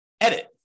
edit